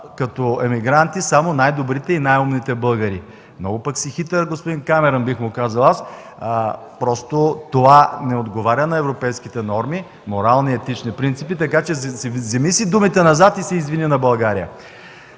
като имигранти само най-добрите и най-умните българи. „Много пък си хитър, господин Камерън – бих му казал аз –просто това не отговаря на европейските норми, морални и етични принципи, така че вземи си думите назад и се извини на България”.